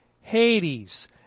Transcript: Hades